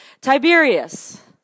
Tiberius